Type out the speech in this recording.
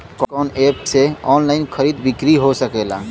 कवन कवन एप से ऑनलाइन खरीद बिक्री हो सकेला?